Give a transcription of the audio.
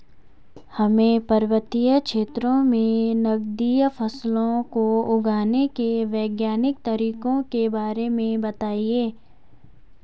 हमें पर्वतीय क्षेत्रों में नगदी फसलों को उगाने के वैज्ञानिक तरीकों के बारे में बताइये?